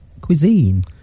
cuisine